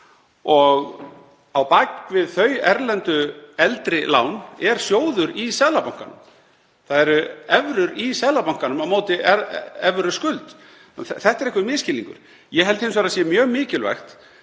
Á bak við þau erlendu eldri lán er sjóður í Seðlabankanum. Það eru evrur í Seðlabankanum á móti evruskuld. Þetta er einhver misskilningur. Ég held hins vegar að það sé mjög mikilvægt